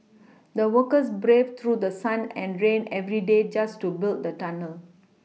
the workers braved through sun and rain every day just to build the tunnel